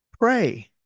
Pray